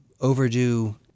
overdue